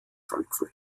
frankfurt